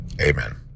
Amen